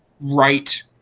right